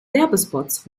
werbespots